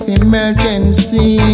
emergency